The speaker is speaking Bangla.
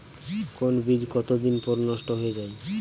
কোন বীজ কতদিন পর নষ্ট হয়ে য়ায়?